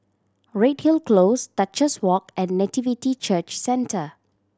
Redhill Close Duchess Walk and Nativity Church Centre